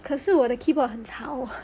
可是我的 keyboard 很吵